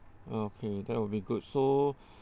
okay that would be good so